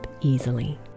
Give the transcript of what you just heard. easily